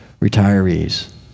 retirees